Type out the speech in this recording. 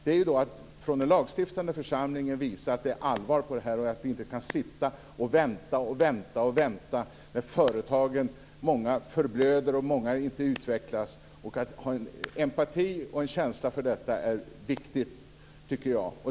Det gäller att från den lagstiftande församlingen visa att det är allvar och att vi inte kan vänta, vänta, vänta när många företag förblöder och inte utvecklas. Att ha empati och känsla för detta är viktigt, tycker jag.